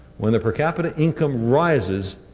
when the per capita income rises,